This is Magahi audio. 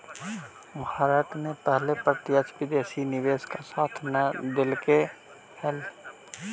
भारत ने पहले प्रत्यक्ष विदेशी निवेश का साथ न देलकइ हल